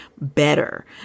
better